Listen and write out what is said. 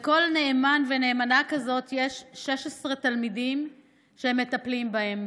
לכל נאמן ונאמנה כזאת יש 16 תלמידים שהם מטפלים בהם.